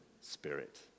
spirit